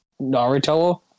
Naruto